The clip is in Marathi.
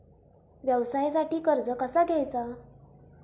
व्यवसायासाठी कर्ज कसा घ्यायचा?